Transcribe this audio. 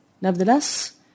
Nevertheless